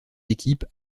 équipes